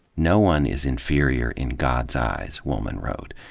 no one is inferior in god's eyes, woolman wrote.